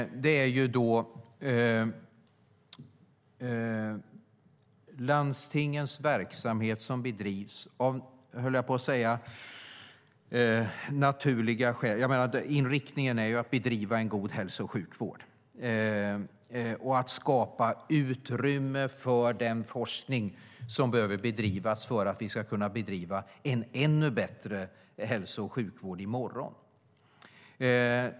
Inriktningen för landstingens verksamhet är att man ska bedriva en god hälso och sjukvård och skapa utrymme för den forskning som behöver bedrivas för att vi ska kunna bedriva en ännu bättre hälso och sjukvård i morgon.